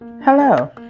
Hello